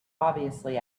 obviously